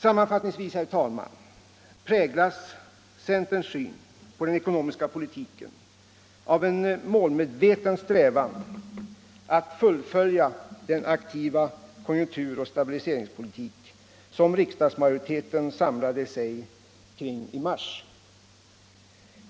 Sammanfattningsvis vill jag säga att centerns syn på den ekonomiska politiken präglas av en målmedveten strävan att fullfölja den aktiva konjunkturoch stabiliseringspolitik som riksdagsmajoriteten samlade sig kring i mars.